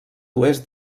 oest